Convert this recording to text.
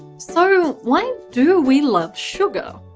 so. why do we love sugar?